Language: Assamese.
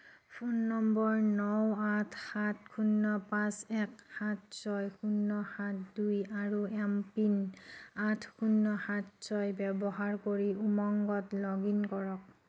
ফোন নম্বৰ ন আঠ সাত শূন্য় পাঁচ এক সাত ছয় শূন্য় সাত দুই আৰু এমপিন আঠ শূণ্য সাত ছয় ব্যৱহাৰ কৰি উমংগত লগ ইন কৰক